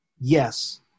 Yes